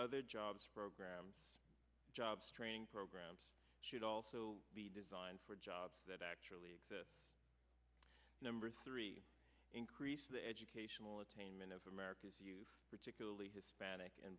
other jobs programs jobs training programs should also be designed for jobs that actually the number three increase the educational attainment of america's youth particularly hispanic and